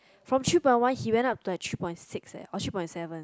from three point one he went up to like three point six leh or three point seven